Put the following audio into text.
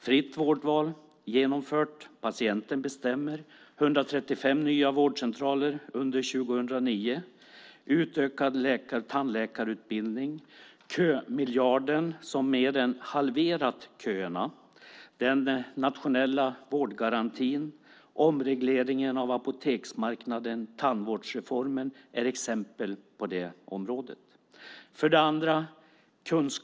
Fritt vårdval är genomfört där patienten bestämmer. Det har blivit 135 nya vårdcentraler under 2009. Det är utökad läkar och tandläkarutbildning. Kömiljarden har mer än halverat köerna. Andra exempel på detta område är den nationella vårdgarantin, omregleringen av apoteksmarknaden och tandvårdsreformen. 2. Kunskap och kvalitet sätts i fokus.